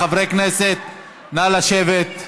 חברי הכנסת, נא לשבת.